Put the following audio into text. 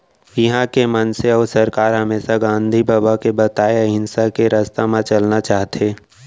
इहॉं के मनसे अउ सरकार हमेसा गांधी बबा के बताए अहिंसा के रस्ता म चलना चाहथें